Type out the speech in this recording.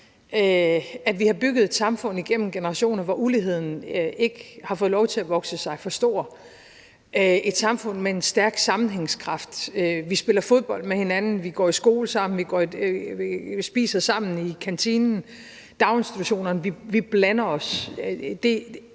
at vi har bygget et samfund op igennem generationer, hvor uligheden ikke har fået lov til at vokse sig for stor, og det er et samfund med en stærk sammenhængskraft. Vi spiller fodbold med hinanden, vi går i skole sammen, vi spiser sammen i kantinen, og vi blander os.